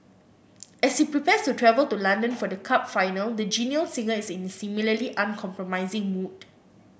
as he prepares to travel to London for the cup final the genial singer is in similarly uncompromising mood